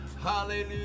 Hallelujah